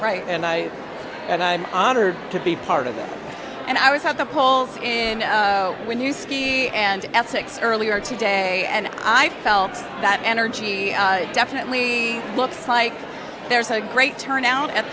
right and i and i'm honored to be part of it and i was at the polls in when you ski and at six earlier today and i felt that energy definitely looks like there's a great turnout at